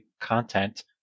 content